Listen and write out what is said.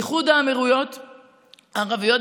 איחוד האמירויות הערביות,